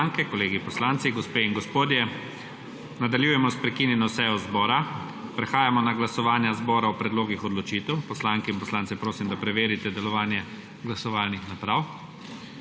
kolegi poslanci, gospe in gospodje, nadaljujemo s prekinjeno sejo zbora. Prehajamo na glasovanje zbora o predlogih odločitev. Poslanke in poslance prosim, da preverite delovanje glasovalnih naprav.